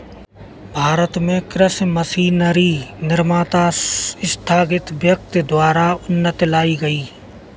भारत में कृषि मशीनरी निर्माता स्थगित व्यक्ति द्वारा उन्नति लाई गई है